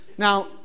Now